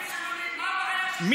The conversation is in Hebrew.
למה אתם מפחד מצילומים, מה הבעיה שלך?